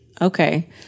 Okay